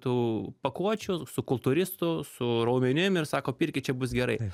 tų pakuočių su kultūristu su raumenim ir sako pirkit čia bus gerai